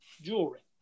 jewelry